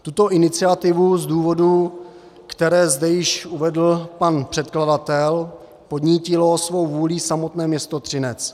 Tuto iniciativu z důvodů, které zde již uvedl pan předkladatel, podnítilo svou vůlí samotné město Třinec.